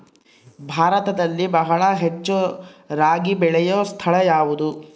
ಭಾರತದಲ್ಲಿ ಬಹಳ ಹೆಚ್ಚು ರಾಗಿ ಬೆಳೆಯೋ ಸ್ಥಳ ಯಾವುದು?